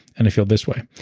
and i feel this way.